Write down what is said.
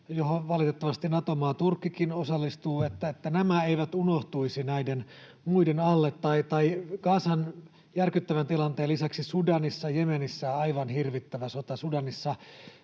johon valitettavasti Nato-maa Turkkikin osallistuu — eivät unohtuisi näiden muiden alle? Tai että Gazan järkyttävän tilanteen lisäksi Sudanissa ja Jemenissä on aivan hirvittävä sota, Sudanissa